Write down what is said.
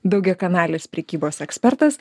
daugiakanalės prekybos ekspertas